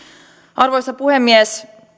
arvoisa puhemies